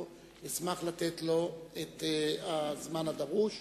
אשמח לתת לו את הזמן הדרוש.